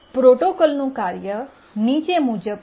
પ્રોટોકોલનું કાર્ય નીચે મુજબ છે